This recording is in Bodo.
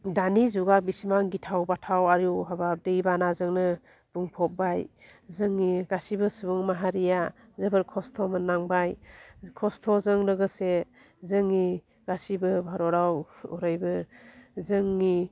दानि जुगा बिसिबां गिथाव बाथाव आयु हाबाब दै बानाजोंनो बुंफब्बाय जोंनि गासिबो सुबुं माहारिया जोबोर खस्थ' मोननांबाय खस्थ'जों लोगोसे जोंनि गासिबो भारतआव हरैबो जोंनि